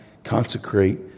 Consecrate